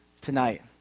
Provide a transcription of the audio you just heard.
tonight